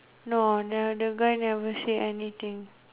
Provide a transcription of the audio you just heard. no never the guy never say anything